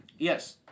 Yes